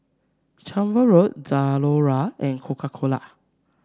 Chevrolet Zalora and Coca Cola